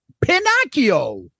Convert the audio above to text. Pinocchio